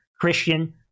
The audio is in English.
Christian